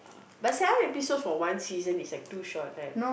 but seven episodes for one season is like too short right